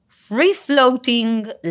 Free-floating